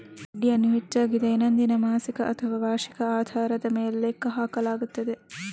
ಬಡ್ಡಿಯನ್ನು ಹೆಚ್ಚಾಗಿ ದೈನಂದಿನ, ಮಾಸಿಕ ಅಥವಾ ವಾರ್ಷಿಕ ಆಧಾರದ ಮೇಲೆ ಲೆಕ್ಕ ಹಾಕಲಾಗುತ್ತದೆ